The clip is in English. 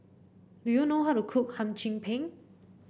do you know how to cook Hum Chim Peng